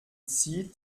zieht